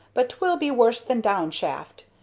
but twill be worse than down shaft.